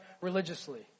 religiously